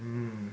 mm